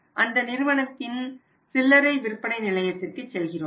அந்த நிறுவனத்தின் உடைய சில்லறை விற்பனை நிலையத்திற்கு செல்கிறோம்